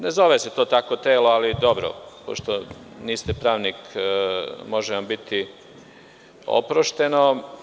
Ne zove se tako to telo, ali dobro, pošto niste pravnik, može vam biti oprošteno.